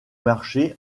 marché